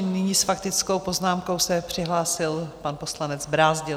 Nyní se s faktickou poznámkou přihlásil pan poslanec Brázdil.